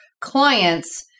clients